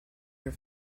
your